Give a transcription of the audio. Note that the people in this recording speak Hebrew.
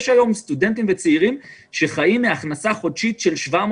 יש היום סטודנטים וצעירים שחיים מהכנסה חודשית של 500